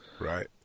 Right